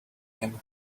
him